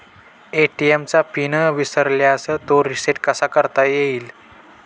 ATM चा pin विसरल्यास तो रिसेट कसा करता येईल?